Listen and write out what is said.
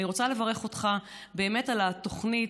ואני רוצה לברך אותך באמת על התוכנית